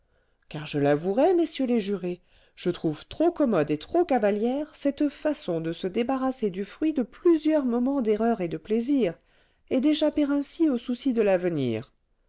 car je l'avouerai messieurs les jurés je trouve trop commode et trop cavalière cette façon de se débarrasser du fruit de plusieurs moments d'erreur et de plaisir et d'échapper ainsi aux soucis de l'avenir